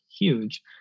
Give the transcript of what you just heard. huge